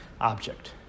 object